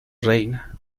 reina